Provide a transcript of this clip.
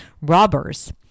robbers